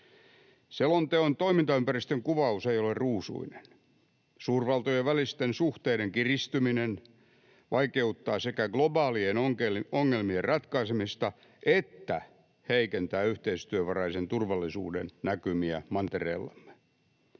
Selonteon toimintaympäristön kuvaus ei ole ruusuinen. Suurvaltojen välisten suhteiden kiristyminen sekä vaikeuttaa globaalien ongelmien ratkaisemista että heikentää yhteistyövaraisen turvallisuuden näkymiä mantereellamme.